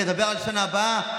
נדבר על השנה הבאה,